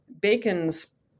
Bacon's